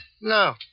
No